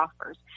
offers